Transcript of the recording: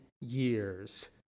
years